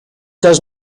does